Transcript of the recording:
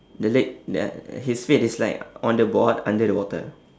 the leg the his feet is like on the board under the water